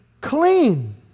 clean